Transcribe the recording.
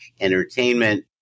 Entertainment